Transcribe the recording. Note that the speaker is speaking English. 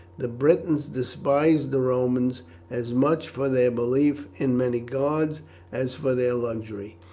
the britons despised the romans as much for their belief in many gods as for their luxury,